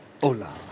Hola